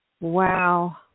Wow